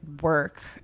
work